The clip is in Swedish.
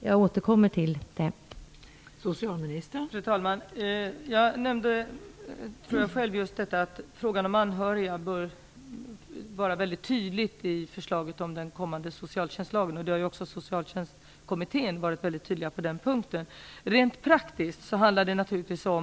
Jag återkommer till den i mitt nästa anförande.